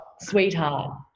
sweetheart